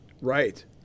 Right